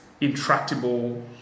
Intractable